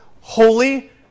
holy